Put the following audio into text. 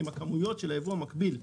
אם הכמויות של היבוא המקביל יגדלו,